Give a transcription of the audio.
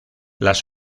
las